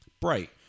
bright